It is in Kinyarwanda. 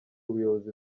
ubuyobozi